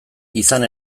izan